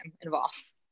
involved